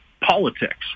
politics